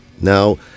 Now